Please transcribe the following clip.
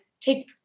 take